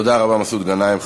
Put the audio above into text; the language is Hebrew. תודה רבה, מסעוד גנאים.